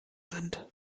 sind